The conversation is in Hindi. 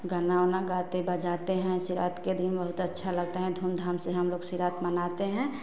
गाना उना गाते बजाते हैं शिवरात्रि के दिन बहुत अच्छा लगता है धूमधाम से हमलोग शिवरात्रि मनाते हैं